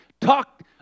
talk